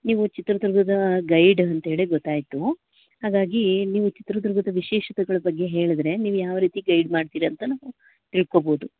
ನೀವು ಚಿತ್ರದುರ್ಗದ ಗೈಡ್ ಅಂತ್ಹೇಳಿ ಗೊತ್ತಾಯ್ತು ಹಾಗಾಗಿ ನೀವು ಚಿತ್ರದುರ್ಗದ ವಿಶೇಷತೆಗಳ ಬಗ್ಗೆ ಹೇಳಿದ್ರೆ ನೀವು ಯಾವ ರೀತಿ ಗೈಡ್ ಮಾಡ್ತೀರ ಅಂತ ನಾವು ತಿಳ್ಕೊಬೋದು